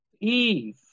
Eve